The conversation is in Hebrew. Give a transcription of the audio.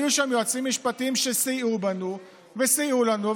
היו שם יועצים משפטיים שהסתייעו בנו וסייעו לנו,